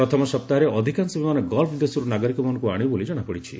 ପ୍ରଥମ ସପ୍ତାହରେ ଅଧିକାଂଶ ବିମାନ ଗଲ୍କ ଦେଶରୁ ନାଗରିକମାନଙ୍କୁ ଆଶିବ ବୋଲି ଜଣାପଡ଼ିଛି